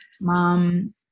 mom